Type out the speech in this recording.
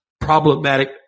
problematic